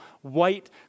white